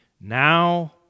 Now